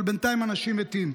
אבל בינתיים אנשים מתים.